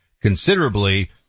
considerably